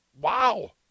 wow